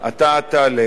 אתה תעלה,